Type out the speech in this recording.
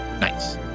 nice